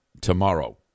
tomorrow